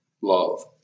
love